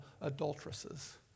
adulteresses